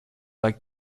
like